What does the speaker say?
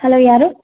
hello ಯಾರು